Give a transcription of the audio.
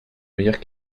meilleure